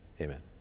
amen